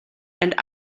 and